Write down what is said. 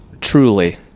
truly